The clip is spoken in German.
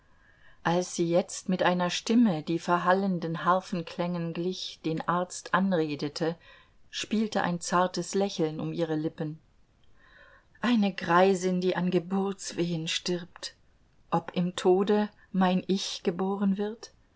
als sie jetzt mit einer stimme die verhallenden harfenklängen glich den arzt anredete spielte ein zartes lächeln um ihre lippen eine greisin die an geburtswehen stirbt ob im tode mein ich geboren wird